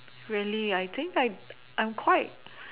really I think I I am quite